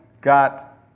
got